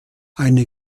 eine